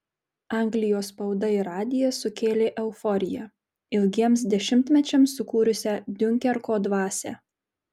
anglijos spauda ir radijas sukėlė euforiją ilgiems dešimtmečiams sukūrusią diunkerko dvasią